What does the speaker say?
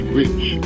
rich